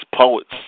poets